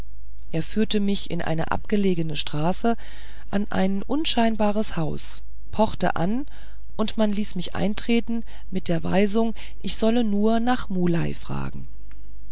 er führte mich in eine abgelegene straße an ein unscheinbares haus pochte an und man ließ mich eintreten mit der weisung ich solle nur nach muley fragen